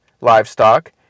livestock